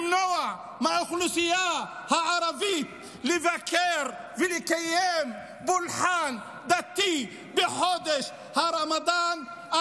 למנוע מהאוכלוסייה הערבית לבקר ולקיים פולחן דתי בחודש הרמדאן,